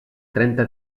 trenta